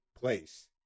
place